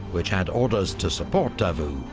which had orders to support davout,